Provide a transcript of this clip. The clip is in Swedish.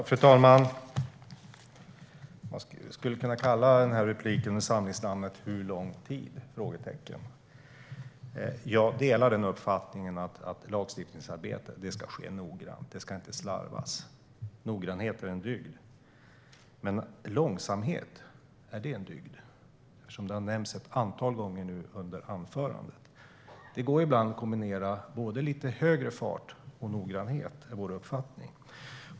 Fru talman! Man skulle kunna ge den här repliken samlingsnamnet: Hur lång tid? Jag delar uppfattningen att lagstiftningsarbete ska ske noggrant. Det ska inte slarvas. Noggrannhet är en dygd. Men är långsamhet en dygd? Det undrar jag eftersom det har nämnts ett antal gånger under anförandet. Det går ibland att kombinera både lite högre fart och noggrannhet. Det är vår uppfattning.